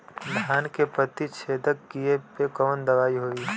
धान के पत्ती छेदक कियेपे कवन दवाई होई?